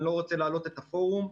אני לא רוצה להלאות את הפורום.